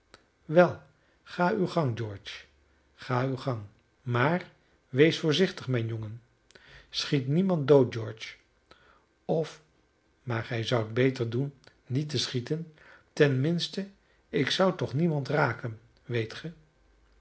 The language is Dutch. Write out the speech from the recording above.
wel ga uw gang george ga uw gang maar wees voorzichtig mijn jongen schiet niemand dood george of maar gij zoudt beter doen niet te schieten ten minste ik zou toch niemand raken weet ge